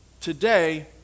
Today